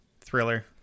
Thriller